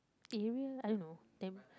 area I don't know them